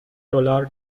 دلار